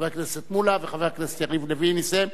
חבר הכנסת מולה, וחבר הכנסת יריב לוין יסיים.